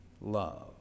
love